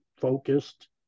focused